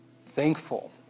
thankful